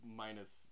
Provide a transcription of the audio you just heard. minus